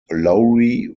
laurie